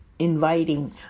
inviting